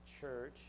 Church